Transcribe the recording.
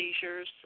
seizures